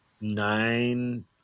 nine